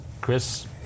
Chris